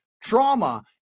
Trauma